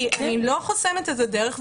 כי אני לא חוסמת את הדרך.